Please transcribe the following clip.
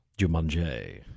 Jumanji